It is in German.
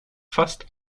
fast